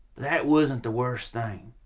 that wasn't the worst thing.